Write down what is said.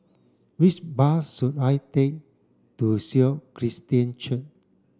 which bus should I take to Sion Christian Church